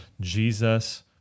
Jesus